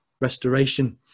restoration